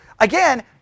again